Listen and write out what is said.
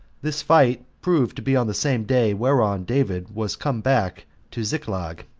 this fight proved to be on the same day whereon david was come back to ziklag,